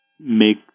make